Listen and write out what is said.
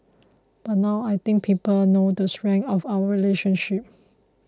but now I think people know the strength of our relationship